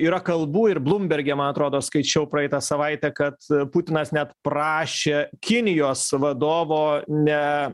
yra kalbų ir blūmberge man atrodo skaičiau praeitą savaitę kad putinas net prašė kinijos vadovo ne